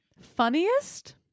funniest